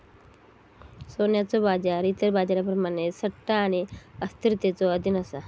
सोन्याचो बाजार इतर बाजारांप्रमाणेच सट्टा आणि अस्थिरतेच्यो अधीन असा